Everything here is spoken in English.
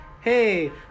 hey